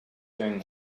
during